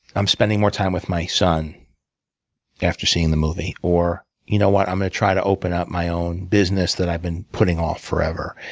i'm spending more time with my son after seeing the movie. or you know what? i'm gonna try to open up my own business that i've been putting off forever.